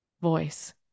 voice